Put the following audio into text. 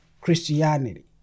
Christianity